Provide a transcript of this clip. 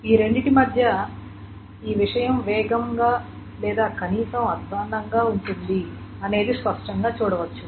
ఈ రెండింటి మధ్య ఈ విషయం వేగంగా లేదా కనీసం అధ్వాన్నంగా ఉంటుంది అనేది స్పష్టంగా చూడవచ్చు